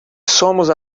somos